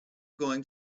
going